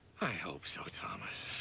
i hope so, thomas.